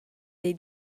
dei